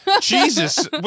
Jesus